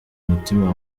mutima